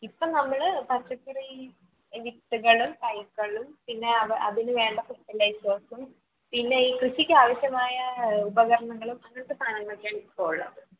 ഇപ്പം നമ്മള് പച്ചക്കറി വിത്തുകളും തൈകളും പിന്നെ അത് അതിന് വേണ്ട ഫെർട്ടിലൈസേഴ്സും പിന്നെ ഈ കൃഷിക്ക് ആവശ്യമായ ഉപകരണങ്ങളും അങ്ങനത്തെ സാധനങ്ങളൊക്കെയാണ് ഇപ്പോൾ ഉള്ളത്